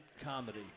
comedy